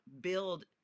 build